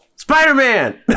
Spider-Man